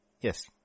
Yes